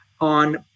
on